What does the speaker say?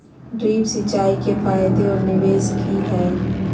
Drip सिंचाई के फायदे और निवेस कि हैय?